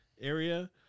area